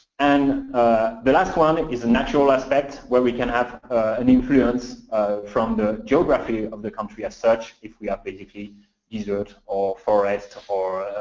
and the last one is natural aspects, where we can have an influence from the geography of the country as such if we are basically desert or forest or